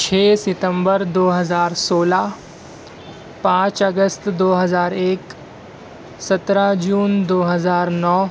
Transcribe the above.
چھ ستمبر دو ہزار سولہ پانچ اگست دو ہزار ایک سترہ جون دو ہزار نو